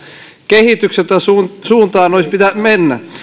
kehitykseltä jonka suuntaan olisi pitänyt mennä